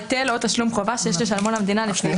היטל או תשלום חובה שיש לשלמו למדינה לפי החוק.